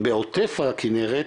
בעוטף הכנרת,